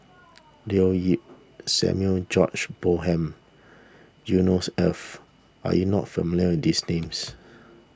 Leo Yip Samuel George Bonham Yusnors Ef are you not familiar these names